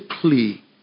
plea